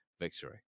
victory